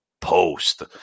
Post